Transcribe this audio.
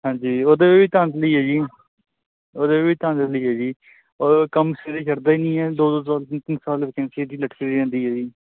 ਹਾਂਜੀ ਉਹਦੇ ਵੀ ਚਾਂਸਲੀ ਹੈ ਜੀ ਉਹਦੇ ਵੀ ਧਾਂਦਲੀ ਹੈ ਜੀ ਉਹ ਕੰਮ ਸਿਰੇ ਚੜ੍ਹਦਾ ਹੀ ਨਹੀਂ ਹੈ ਦੋ ਦੋ ਸੌ ਤਿੰਨ ਤਿੰਨ ਸੌ ਵਕੈਂਸੀ ਇਹਦੀ ਲਟਕਦੀ ਰਹਿੰਦੀ ਹੈ ਜੀ